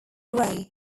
grey